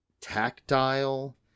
tactile